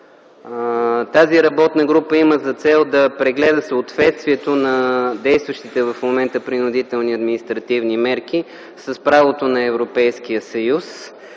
Тази работна група има за цел да прегледа съответствието на действащите в момента принудителни административни мерки с правото на Европейския съюз.